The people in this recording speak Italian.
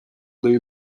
dei